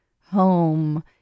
home